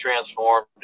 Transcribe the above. transformed